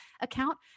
account